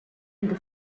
into